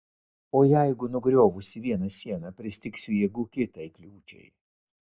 o jeigu nugriovusi vieną sieną pristigsiu jėgų kitai kliūčiai